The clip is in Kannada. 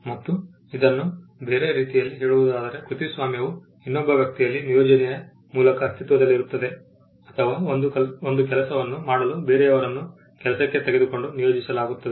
ಮತ್ತು ಇದನ್ನು ಬೇರೆ ರೀತಿಯಲ್ಲಿ ಹೇಳುವುದಾದರೆ ಕೃತಿಸ್ವಾಮ್ಯವು ಇನ್ನೊಬ್ಬ ವ್ಯಕ್ತಿಯಲ್ಲಿ ನಿಯೋಜನೆಯ ಮೂಲಕ ಅಸ್ತಿತ್ವದಲ್ಲಿರುತ್ತದೆ ಅಥವಾ ಒಂದು ಕೆಲಸವನ್ನು ಮಾಡಲು ಬೇರೆಯವರನ್ನು ಕೆಲಸಕ್ಕೆ ತೆಗೆದುಕೊಂಡು ನಿಯೋಜಿಸಲಾಗುತ್ತದೆ